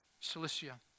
Cilicia